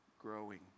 growing